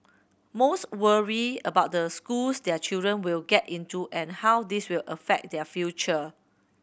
most worry about the schools their children will get into and how this will affect their future